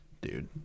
Dude